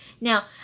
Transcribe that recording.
Now